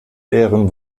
ehren